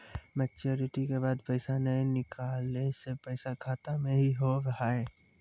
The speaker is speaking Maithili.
मैच्योरिटी के बाद पैसा नए निकले से पैसा खाता मे की होव हाय?